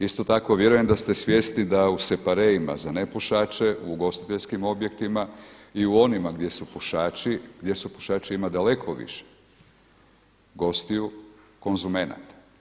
Isto tako vjerujem da ste svjesni da u separeima za nepušače u ugostiteljskim objektima i u onima gdje su pušači, gdje su pušači ima daleko više gostiju konzumenata.